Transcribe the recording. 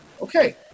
Okay